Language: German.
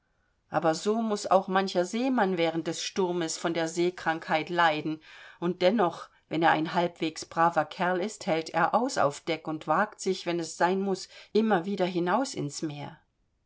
aber so muß auch mancher seemann während des sturmes von der seekrankheit leiden und dennoch wenn er ein halbwegs braver kerl ist hält er aus auf deck und wagt sich wenn es sein muß immer wieder hinaus ins meer